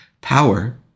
power